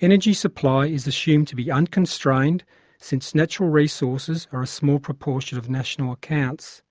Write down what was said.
energy energy supply is assumed to be unconstrained since natural resources are a small proportion of national accounts.